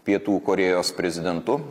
pietų korėjos prezidentu